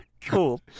Cool